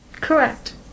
correct